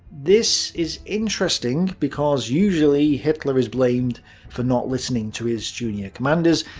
this is interesting because usually hitler is blamed for not listening to his junior commanders,